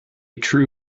true